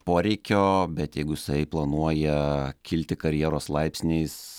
poreikio bet jeigu jisai planuoja kilti karjeros laipsniais